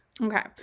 Okay